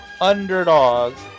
underdogs